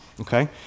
okay